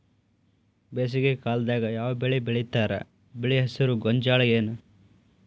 ಬೇಸಿಗೆ ಕಾಲದಾಗ ಯಾವ್ ಬೆಳಿ ಬೆಳಿತಾರ, ಬೆಳಿ ಹೆಸರು ಗೋಂಜಾಳ ಏನ್?